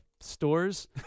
stores